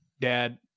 dad